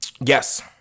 Yes